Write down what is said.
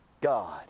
God